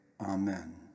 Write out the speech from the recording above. Amen